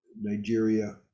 Nigeria